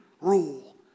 rule